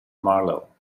marlow